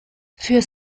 für